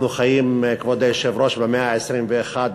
אנחנו חיים, כבוד היושב-ראש, במאה ה-21,